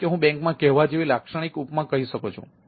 જેમ કે હું બેંકમાં કહેવા જેવી લાક્ષણિક ઉપમા કહી શકું છું